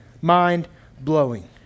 mind-blowing